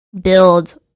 build